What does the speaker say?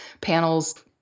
panels